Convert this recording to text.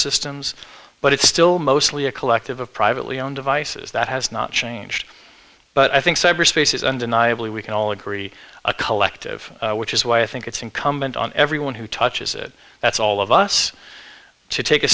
systems but it's still mostly a collective of privately owned devices that has not changed but i think cyberspace is undeniably we can all agree a collective which is why i think it's incumbent on everyone who touches it that's all of us to take a